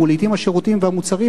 אדוני היושב-ראש,